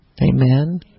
amen